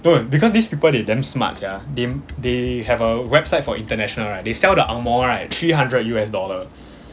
no because these people they damn smart sia they they have a website for international lah they sell the ang moh right three hundred U_S dollar